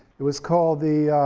it was called the,